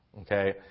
Okay